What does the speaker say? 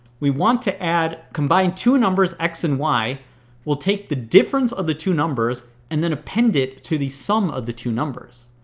we want to add, combine two numbers, x and y we'll take the difference of the two numbers and then append it to the sum of the two numbers.